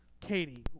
katie